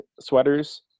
sweaters